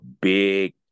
big